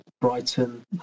Brighton